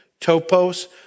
topos